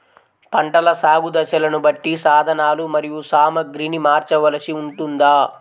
పంటల సాగు దశలను బట్టి సాధనలు మరియు సామాగ్రిని మార్చవలసి ఉంటుందా?